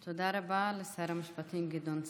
תודה רבה לשר המשפטים גדעון סער.